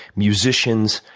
musicians,